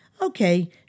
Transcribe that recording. okay